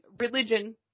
religion